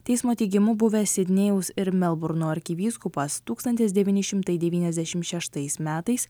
teismo teigimu buvęs sidnėjaus ir melburno arkivyskupas tūkstantis devyni šimtai devyniasdešimt šeštais metais